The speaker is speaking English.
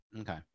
Okay